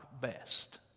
best